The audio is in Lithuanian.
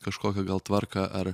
kažkokią gal tvarką ar